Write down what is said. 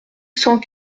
cent